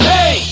Hey